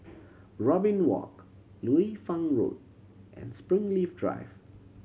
Robin Walk Liu Fang Road and Springleaf Drive